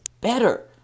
better